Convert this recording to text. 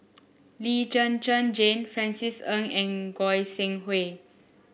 Lee Zhen Zhen Jane Francis Ng and Goi Seng Hui